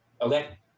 Okay